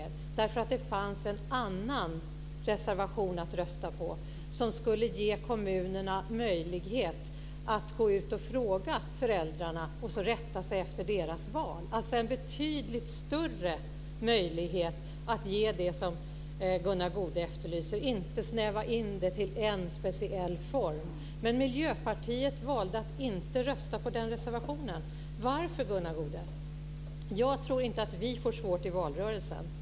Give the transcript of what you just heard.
Jo, därför att det fanns en annan reservation att rösta på som skulle ge kommunerna möjlighet att gå ut och fråga föräldrarna och rätta sig efter deras val, dvs. en betydligt större möjlighet att ge det som Gunnar Goude efterlyser och inte snäva in det till en speciell form. Men Miljöpartiet valde att inte rösta på den reservationen. Varför, Gunnar Goude? Jag tror inte att vi får det svårt i valrörelsen.